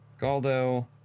Galdo